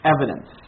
evidence